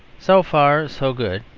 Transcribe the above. so far so good.